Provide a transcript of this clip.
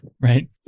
right